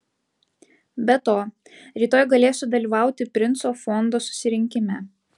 be to rytoj galėsiu dalyvauti princo fondo susirinkime